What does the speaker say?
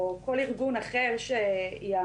או כל ארגון אחר שיעמוד,